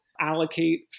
allocate